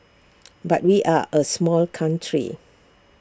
but we are A small country